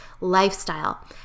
lifestyle